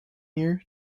year